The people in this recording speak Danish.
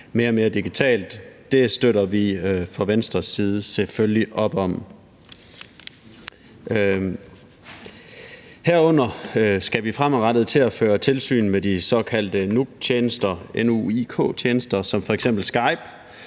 mere og mere digitalt. Det støtter vi fra Venstres side selvfølgelig op om. Herunder skal vi fremadrettet til at føre tilsyn med de såkaldte NUIK-tjenester, som f.eks. Skype,